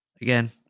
again